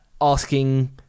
asking